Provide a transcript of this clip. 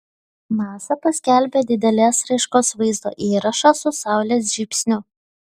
nasa paskelbė didelės raiškos vaizdo įrašą su saulės žybsniu